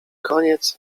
koniec